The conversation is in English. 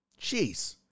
Jeez